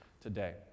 today